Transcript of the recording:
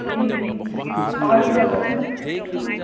পাহৰি যোৱা যায়